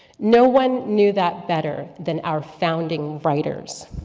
no one knew that better than our founding writers.